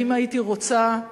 האם הייתי רוצה,